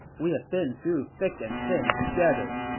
we have been through thick and thin together.